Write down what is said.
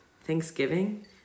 thanksgiving